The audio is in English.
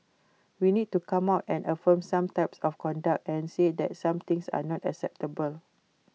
we need to come out and affirm some types of conduct and say that some things are not acceptable